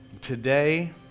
today